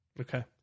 Okay